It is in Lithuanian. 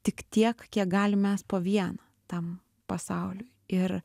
tik tiek kiek galim mes po vieną tam pasauliui ir